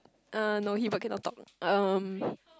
uh no he bird cannot talk um